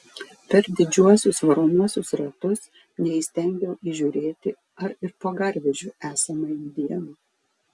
per didžiuosius varomuosius ratus neįstengiau įžiūrėti ar ir po garvežiu esama indėnų